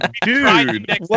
dude